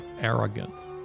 arrogant